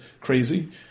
crazy